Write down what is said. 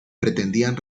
pretendían